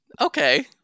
Okay